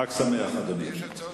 הבא: